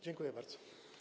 Dziękuję bardzo.